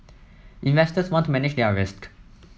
investors want to manage their risk